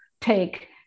take